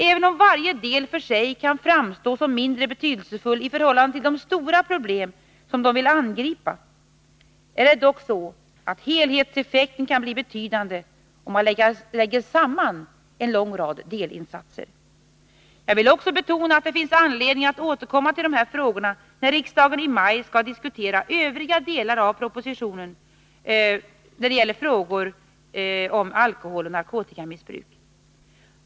Även om varje del för sig kan framstå som mindre betydelsefull i förhållande till de stora problem som den vill angripa, kan dock helhetseffekten bli betydande, om man lägger samman delinsatserna. Jag vill också betona att det finns anledning att återkomma till dessa frågor, när riksdagen i maj skall diskutera övriga delar av propositionen om alkoholoch narkotikamissbruk.